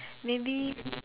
maybe